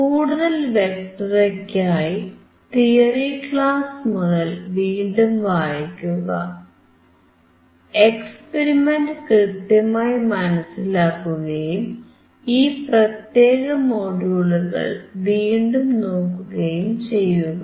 കൂടുതൽ വ്യക്തതയ്ക്കായി theory class മുതൽ വീണ്ടും വായിക്കുക എക്സ്പെരിമെന്റ് കൃത്യമായി മനസിലാക്കുകയും ഈ പ്രത്യേക മൊഡ്യൂളുകൾ വീണ്ടും നോക്കുകയും ചെയ്യുക